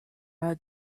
are